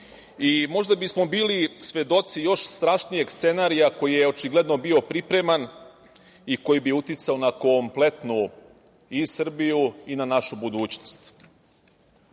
i možda bismo bili svedoci još strašnijeg scenarija koji je očigledno bio pripreman i koji bi uticao na kompletnu i Srbiju i na našu budućnost. Očigledno